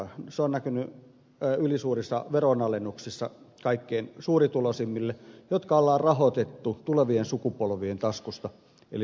se on näkynyt ylisuurissa veronalennuksissa kaikkein suurituloisimmille jotka on rahoitettu tulevien sukupolvien taskusta eli velkarahalla